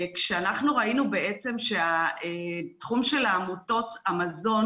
כשאנחנו ראינו שהתחום של עמותות המזון